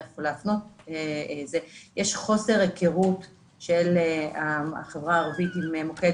יש חוסר היכרות של החברה הערבית עם מוקד